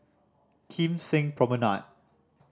Kim Seng Promenade